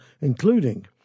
including